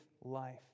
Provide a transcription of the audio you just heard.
life